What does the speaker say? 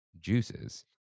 juices